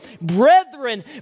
brethren